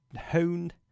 honed